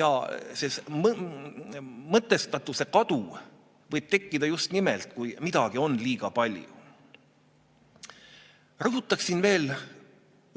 Ja mõtestatuse kadu võib tekkida just nimelt siis, kui midagi on liiga palju. Rõhutaksin veel